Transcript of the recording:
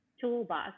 toolbox